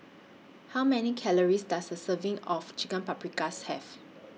How Many Calories Does A Serving of Chicken Paprikas Have